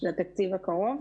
לתקציב הקרוב?